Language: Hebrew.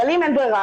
אבל אם אין ברירה,